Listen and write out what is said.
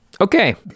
Okay